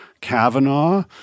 Kavanaugh